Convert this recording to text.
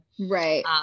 Right